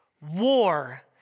War